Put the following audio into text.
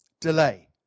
delay